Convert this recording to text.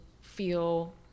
feel